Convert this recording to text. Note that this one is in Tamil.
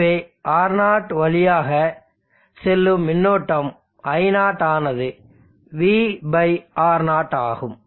எனவே R0 வழியாக செல்லும் மின்னோட்டம் i0 ஆனது V R0 ஆகும்